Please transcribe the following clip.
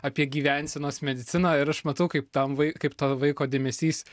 apie gyvensenos mediciną ir aš matau kaip tam vai kaip to vaiko dėmesys